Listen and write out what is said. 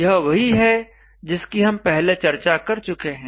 यह वही है जिसकी हम पहले चर्चा कर चुके हैं